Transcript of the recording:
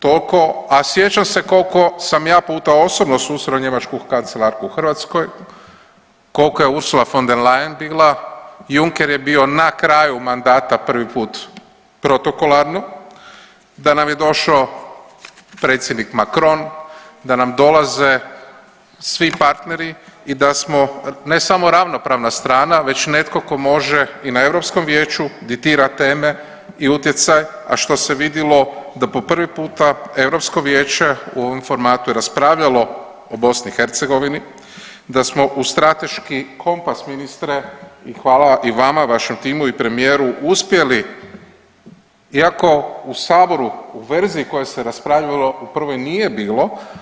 Tolko, a sjećam se kolko sam ja puta osobno susreo njemačku kancelarku u Hrvatsko, koliko je Ursula von der Leyen bila, Juncker je bio na kraju mandata prvi put protokolarno, da nam je došao predsjednik Macron, da nam dolaze svi partneri i da smo ne samo ravnopravna strana već netko tko može i na Europskom Vijeću ditira teme i utjecaj, a što se vidjelo da po prvi puta Europsko Vijeće u ovom formatu je raspravljalo o BiH, da smo u strateški kompas ministre i hvala i vama i vašem timu i premijeru uspjeli iako u saboru u verziji o kojoj se raspravljalo u prvoj nije bilo.